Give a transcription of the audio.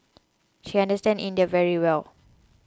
she understand India very well